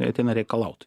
jie ateina reikalaut